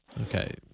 Okay